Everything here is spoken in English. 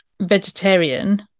vegetarian